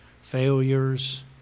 failures